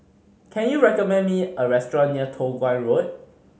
can you recommend me a restaurant near Toh Guan Road